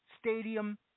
Stadium